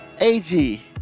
AG